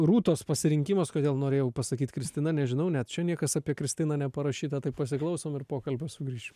rūtos pasirinkimas kodėl norėjau pasakyt kristina nežinau net čia niekas apie kristiną neparašyta tai pasiklausom ir pokalbio sugrįšim